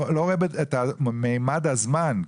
לא רואה את ממד הזמן.